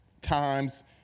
times